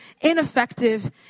ineffective